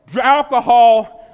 alcohol